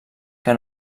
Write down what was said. que